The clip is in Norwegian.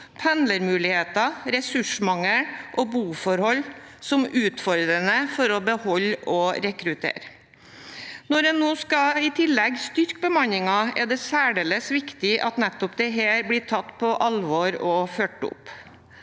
pendlermuligheter, ressursmangel og boforhold som utfordrende for å beholde og rekruttere personell. Når en nå i tillegg skal styrke bemanningen, er det særdeles viktig at nettopp dette blir tatt på alvor og fulgt opp.